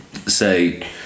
say